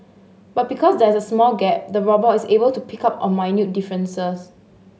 but because there is a small gap the robot is able to pick up on minute differences